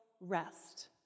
rest